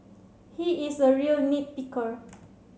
he is a real nit picker